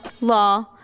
law